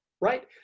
right